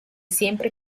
siempre